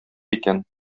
икән